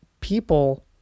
people